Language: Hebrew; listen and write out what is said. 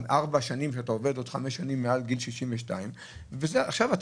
בארבע-חמש שנים שאתה עובד מעל גיל 62. עכשיו אתה